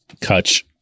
Kutch